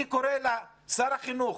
אני קורא לשר החינוך